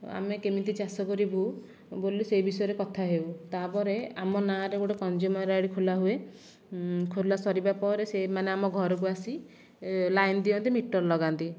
ଆମେ କେମିତି ଚାଷ କରିବୁ ବୋଲି ସେହି ବିଷୟରେ କଥା ହେଉ ତା'ପରେ ଆମ ନାଁରେ ଗୋଟିଏ କଂଯ୍ୟୁମର ଆଇଡ଼ି ଖୋଲାହୁଏ ଖୋଲା ସରିବା ପରେ ସେଇମାନେ ଆମ ଘରକୁ ଆସି ଲାଇନ ଦିଅନ୍ତି ମିଟର ଲଗାନ୍ତି